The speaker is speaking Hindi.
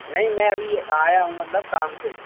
नहीं मैं अभी आया हूँ मतलब काम से